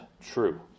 true